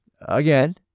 again